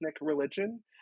religion